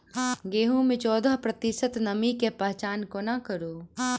गेंहूँ मे चौदह प्रतिशत नमी केँ पहचान कोना करू?